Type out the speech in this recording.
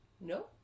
No